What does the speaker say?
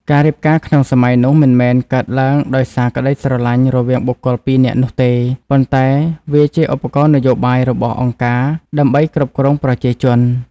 ការរៀបការក្នុងសម័យនោះមិនមែនកើតឡើងដោយសារក្តីស្រឡាញ់រវាងបុគ្គលពីរនាក់នោះទេ ប៉ុន្តែវាជាឧបករណ៍នយោបាយរបស់អង្គការដើម្បីគ្រប់គ្រងប្រជាជន។